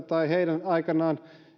tai heidän johtamistavasta aikanaan